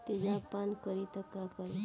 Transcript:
तेजाब पान करी त का करी?